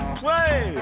play